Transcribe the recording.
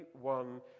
one